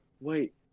wait